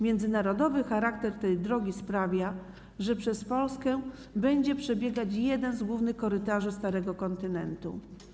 Międzynarodowy charakter tej drogi sprawia, że przez Polskę będzie przebiegać jeden z głównych korytarzy Starego Kontynentu.